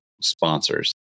sponsors